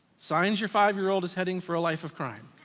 signs your five year old is heading for a life of crime.